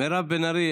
מירב בן ארי,